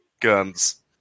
guns